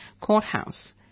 courthouse